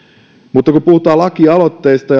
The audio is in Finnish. mutta kun puhutaan lakialoitteista